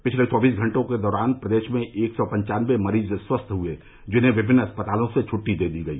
पिछले चौबीस घंटों के दौरान प्रदेश में एक सौ पन्चानबे मरीज स्वस्थ हुए हैं जिन्हें विभिन्न अस्पतालों से छुट्टी दे दी गई